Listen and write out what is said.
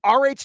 Rh